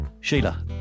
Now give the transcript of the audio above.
Sheila